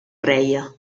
reia